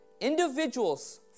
Individuals